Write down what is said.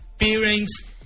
parents